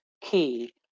key